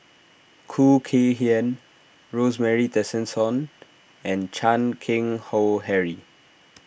Khoo Kay Hian Rosemary Tessensohn and Chan Keng Howe Harry